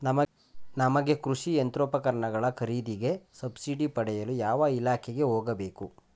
ನಮಗೆ ಕೃಷಿ ಯಂತ್ರೋಪಕರಣಗಳ ಖರೀದಿಗೆ ಸಬ್ಸಿಡಿ ಪಡೆಯಲು ಯಾವ ಇಲಾಖೆಗೆ ಹೋಗಬೇಕು?